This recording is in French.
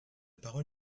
parole